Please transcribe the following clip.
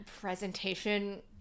presentation